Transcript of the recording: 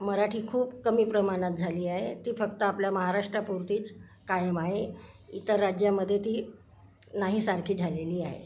मराठी खूप कमी प्रमाणात झाली आहे ती फक्त आपल्या महाराष्ट्रापुरतीच कायम आहे इतर राज्यामध्ये ती नाही सारखी झालेली आहे